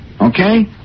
Okay